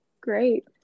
Great